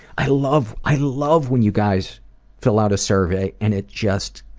i love i love when you guys fill out a survey and it just